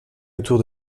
autour